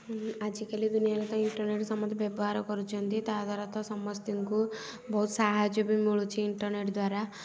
ଆଜିକାଲି ଦୁନିଆରେ ତ ଇଣ୍ଟରନେଟ୍ ସମସ୍ତେ ବ୍ୟବହାର କରୁଛନ୍ତି ତାହା ଦ୍ଵାରା ତ ସମସ୍ତିଙ୍କୁ ବହୁତ ସାହାଯ୍ୟ ବି ମିଳୁଛି ଇଣ୍ଟରନେଟ୍ ଦ୍ଵାରା